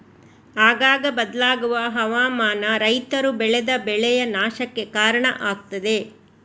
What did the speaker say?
ಆಗಾಗ ಬದಲಾಗುವ ಹವಾಮಾನ ರೈತರು ಬೆಳೆದ ಬೆಳೆಯ ನಾಶಕ್ಕೆ ಕಾರಣ ಆಗ್ತದೆ